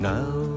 Now